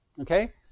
okay